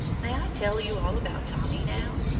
may i tell you all about tommy now?